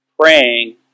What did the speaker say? Praying